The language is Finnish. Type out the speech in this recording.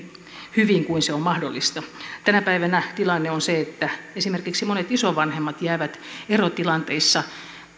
hyvin kuin se on mahdollista tämä päivänä tilanne on se että esimerkiksi monet isovanhemmat jäävät erotilanteissa